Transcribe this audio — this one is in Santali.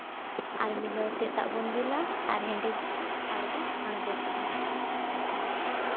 ᱟᱨ ᱢᱤᱞᱟᱹᱣ ᱠᱟᱛᱮ ᱫᱟᱜ ᱵᱚᱱ ᱫᱩᱞᱟ ᱟᱨ ᱦᱮᱸᱰᱮᱡᱚᱜᱼᱟ ᱟᱨ ᱵᱚᱱ ᱟᱬᱜᱚ ᱠᱟᱜᱼᱟ